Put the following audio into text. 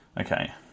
Okay